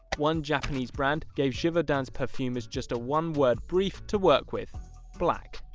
one japanese brand gave givaudan's perfumers just a one word brief to work with black.